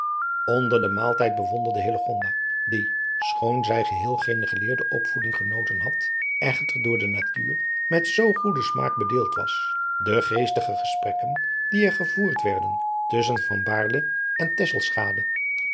onder den maaltijd bewonderde hillegonda die schoon zij geheel geene geleerde opvoeding genoten had echter door de natuur met zoo goeden smaak bedeeld was de geestige gesprekken die er gevoerd werden tusschen van baerle en